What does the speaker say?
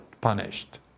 punished